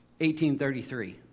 1833